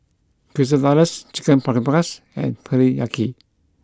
Quesadillas Chicken Paprikas and Teriyaki